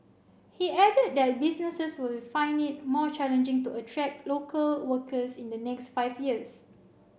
he added that businesses will find it more challenging to attract local workers in the next five years